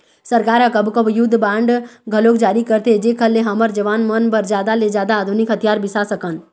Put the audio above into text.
सरकार ह कभू कभू युद्ध बांड घलोक जारी करथे जेखर ले हमर जवान मन बर जादा ले जादा आधुनिक हथियार बिसा सकन